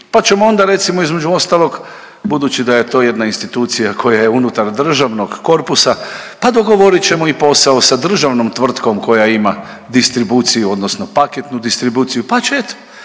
Pa ćemo onda recimo između ostalog budući da je to jedna institucija koja je unutar državnog korpusa pa dogovorit ćemo i posao sa državnom tvrtkom koja ima distribuciju odnosno paketnu distribuciju pa će eto